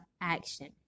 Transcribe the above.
action